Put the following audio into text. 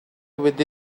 with